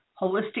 holistic